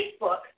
Facebook